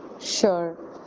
sure